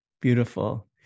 beautiful